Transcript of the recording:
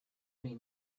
been